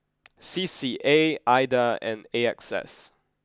C C A Ida and A X S